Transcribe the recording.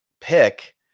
pick